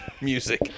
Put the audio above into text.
music